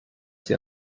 sie